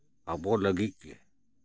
ᱟᱵᱚ ᱞᱟᱹᱜᱤᱫ ᱜᱮ